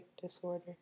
disorder